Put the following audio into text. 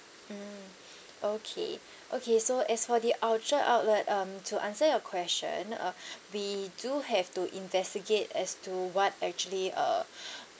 mm okay okay so as for the orchard outlet um to answer your question uh we do have to investigate as to what actually uh